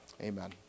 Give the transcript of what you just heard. Amen